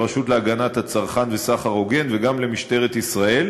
לרשות להגנת הצרכן וסחר הוגן וגם למשטרת ישראל